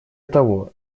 того